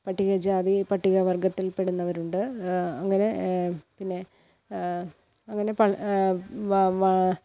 പട്ടികജാതി പട്ടികവർഗ്ഗത്തിൽ പെടുന്നവരുണ്ട് അങ്ങനെ പിന്നെ അങ്ങനെ പ